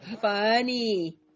Funny